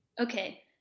Okay